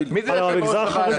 לפני חודש